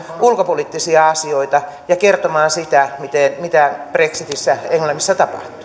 ulkopoliittisia asioita ja kertomaan sitä mitä brexitissä englannissa